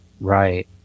Right